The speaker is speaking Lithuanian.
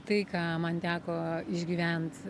tai ką man teko išgyvent